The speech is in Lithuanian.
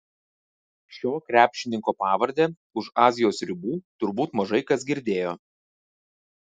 šio krepšininko pavardę už azijos ribų turbūt mažai kas girdėjo